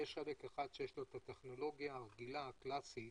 יש חלק אחד שיש לו את הטכנולוגיה הרגילה, הקלאסית,